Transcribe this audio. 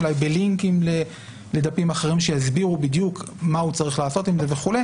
אולי בלינקים לדפים אחרים שיסבירו בדיוק מה הוא צריך לעשות עם זה וכו'.